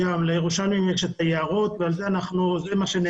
לירושלמים יש את היערות ועל זה מה שנאמר,